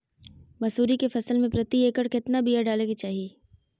मसूरी के फसल में प्रति एकड़ केतना बिया डाले के चाही?